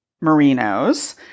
merinos